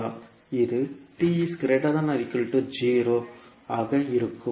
இது ஆக இருக்கும்